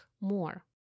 more